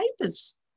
papers